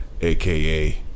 aka